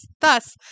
Thus